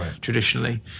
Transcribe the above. traditionally